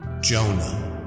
Jonah